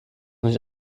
nicht